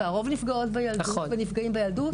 והרוב נפגעות ונפגעים בילדות,